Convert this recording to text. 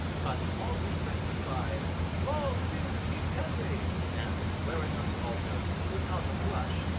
causing all his men to cry long live king henry and swearing on the altar, without a blush,